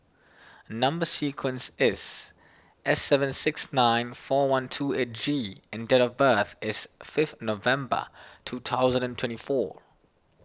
Number Sequence is S seven six nine four one two eight G and date of birth is fifth November two thousand and twenty four